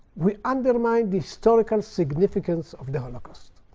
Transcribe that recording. we undermine the historical significance of the holocaust.